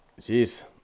Jeez